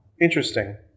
Interesting